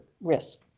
risk